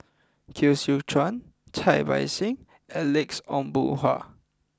Koh Seow Chuan Cai Bixia and Alex Ong Boon Hau